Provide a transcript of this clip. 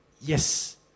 Yes